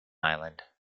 island